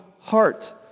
heart